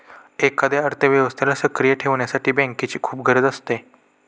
एखाद्या अर्थव्यवस्थेला सक्रिय ठेवण्यासाठी बँकेची खूप गरज असते